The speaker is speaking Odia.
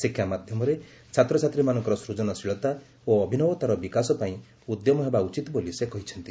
ଶିକ୍ଷା ମାଧ୍ୟମରେ ଛାତ୍ରଛାତ୍ରୀମାନଙ୍କର ସୃଜନଶୀଳତା ଓ ଅଭିନବତାର ବିକାଶ ପାଇଁ ଉଦ୍ୟମ ହେବା ଉଚିତ ବୋଲି ସେ କହିଛନ୍ତି